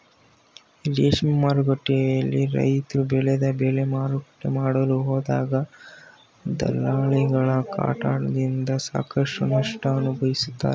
ರೇಷ್ಮೆ ಮಾರುಕಟ್ಟೆಯಲ್ಲಿ ರೈತ್ರು ಬೆಳೆದ ಬೆಳೆ ಮಾರಾಟ ಮಾಡಲು ಹೋದಾಗ ದಲ್ಲಾಳಿಗಳ ಕಾಟದಿಂದ ಸಾಕಷ್ಟು ನಷ್ಟ ಅನುಭವಿಸುತ್ತಾರೆ